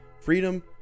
Freedom